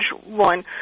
one